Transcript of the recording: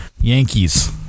Yankees